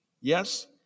Yes